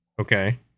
Okay